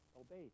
obey